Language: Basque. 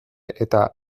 eta